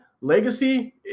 legacy